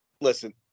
listen